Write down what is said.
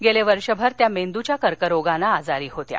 गेले वर्षभर त्या मेंदुच्या कर्करोगानं आजारी होत्या